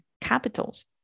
capitals